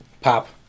Pop